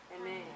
Amen